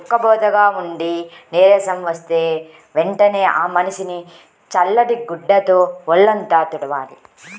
ఉక్కబోతగా ఉండి నీరసం వస్తే వెంటనే ఆ మనిషిని చల్లటి గుడ్డతో వొళ్ళంతా తుడవాలి